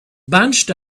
bunched